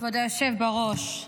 כבוד היושב בראש,